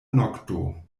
nokto